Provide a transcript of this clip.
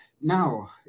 Now